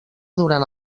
durant